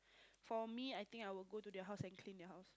for me I think I would go to their house and clean their house